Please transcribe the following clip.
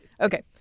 Okay